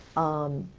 umm.